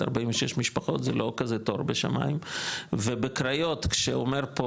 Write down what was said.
46 משפחות זה לא כזה תור גדול בשמיים ובקריות שאומר פה,